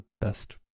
best